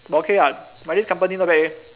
but okay what but this company not bad leh